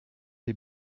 lès